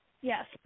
Yes